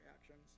actions